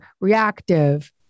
reactive